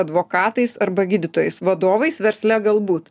advokatais arba gydytojais vadovais versle galbūt